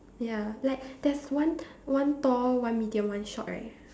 ya like there's one one tall one medium one short right